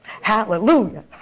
Hallelujah